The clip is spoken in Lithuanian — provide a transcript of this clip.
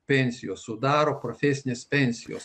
pensijos sudaro profesinės pensijos